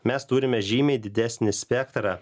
mes turime žymiai didesnį spektrą